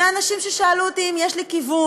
מאנשים ששאלו אותי אם יש לי כיוון,